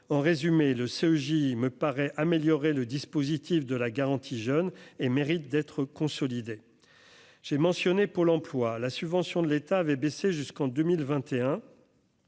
en résumé le CSJ me paraît améliorer le dispositif de la garantie, jeunes et mérite d'être consolidé, j'ai mentionné pour l'emploi, la subvention de l'État avait baissé jusqu'en 2021